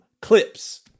clips